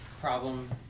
problem